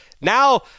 now